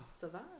Survive